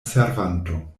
servanto